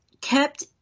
kept